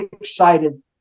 excited